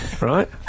Right